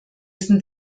sind